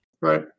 Right